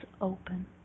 open